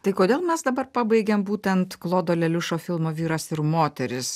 tai kodėl mes dabar pabaigiam būtent klodo leliušo filmo vyras ir moteris